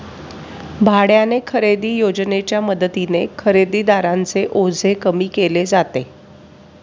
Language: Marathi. भाड्याने खरेदी योजनेच्या मदतीने खरेदीदारांचे ओझे कमी केले जाते